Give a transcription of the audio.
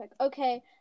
Okay